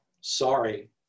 Sorry